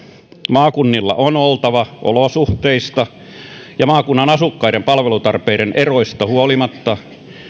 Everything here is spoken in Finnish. maakunnilla on oltava olosuhteista ja maakunnan asukkaiden palvelutarpeiden eroista huolimatta